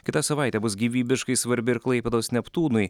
kita savaitė bus gyvybiškai svarbi ir klaipėdos neptūnui